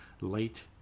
late